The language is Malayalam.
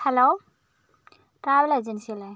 ഹലോ ട്രാവൽ ഏജൻസി അല്ലേ